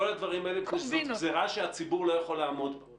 בגלל שצריך להחזיר אנשים מחדש לכשירות.